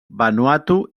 vanuatu